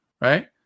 right